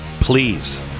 Please